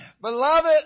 Beloved